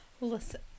Listen